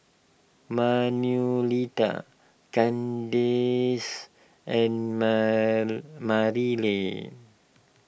Manuelita Kandice and Marilyn